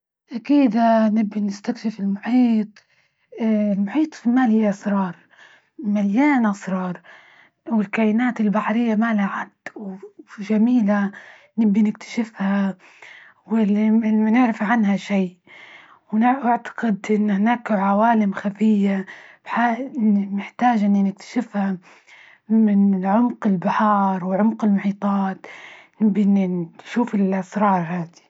أكيد نبي نستكشف المحيط، المحيط في مالي أسرار، مليان أسرار، والكائنات البحرية مالها حد و جميلة، نبي نكتشفها، وإللي منعرف عنها شي، ونعتقد إن هناك عوالم خفية بحا إني محتاج إني نكتشفها من عمق البحار، وعمق المحيطات، نبى نشوف الأسرار هذى.